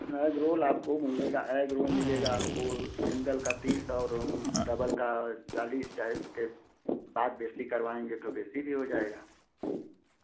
egg roll आपको मिलेगा egg roll मिलेगा आपको सिंगल का तीस और डबल का चालीस चाहे उसके बाद देशी करवाएँगे तो देशी भी हो जाएगा